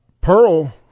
Pearl